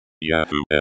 Yahoo